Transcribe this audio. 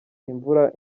imvura